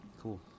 Cool